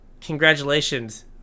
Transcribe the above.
Congratulations